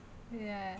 ya